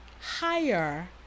higher